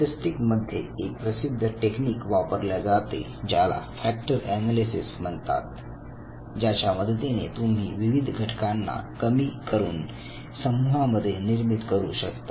statistic मध्ये एक प्रसिद्ध टेक्निक वापरल्या जाते ज्याला फॅक्टर एनालिसिस म्हणतात ज्याच्या मदतीने तुम्ही विविध घटकांना कमी करून समूहामध्ये निर्मित करू शकता